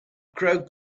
crowd